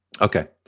Okay